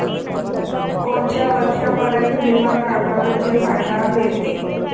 कोनच्या वर्षापर्यंत बिमा काढला म्हंजे फायदा व्हते?